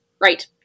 Right